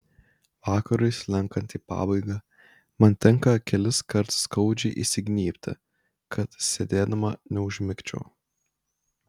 vakarui slenkant į pabaigą man tenka keliskart skaudžiai įsignybti kad sėdėdama neužmigčiau